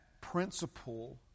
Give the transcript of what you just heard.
principle